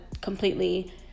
completely